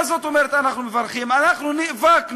מה זאת אומרת אנחנו מברכים, אנחנו נאבקנו.